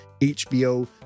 HBO